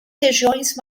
regiões